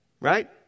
Right